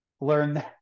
learn